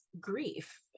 grief